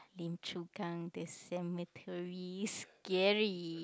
Lim-Chu-Kang the cemetary scary